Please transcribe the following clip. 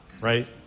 right